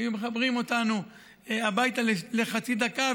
היו מחברים אותנו הביתה לחצי דקה,